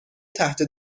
تحت